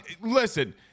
listen